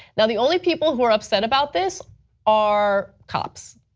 and the only people who are upset about this are cops.